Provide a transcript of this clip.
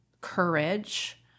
courage